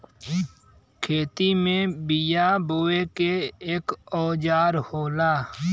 खेती में बिया बोये के एक औजार होला